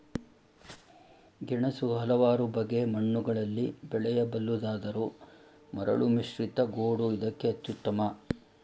ಗೆಣಸು ಹಲವಾರು ಬಗೆ ಮಣ್ಣುಗಳಲ್ಲಿ ಬೆಳೆಯಬಲ್ಲುದಾದರೂ ಮರಳುಮಿಶ್ರಿತ ಗೋಡು ಇದಕ್ಕೆ ಅತ್ಯುತ್ತಮ